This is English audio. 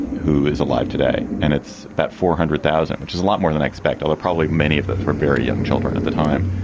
who is alive today. and it's that four hundred thousand, which is a lot more than i expected, or probably many of those were very young children at the time.